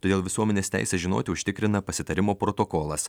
todėl visuomenės teisę žinoti užtikrina pasitarimo protokolas